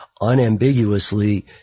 unambiguously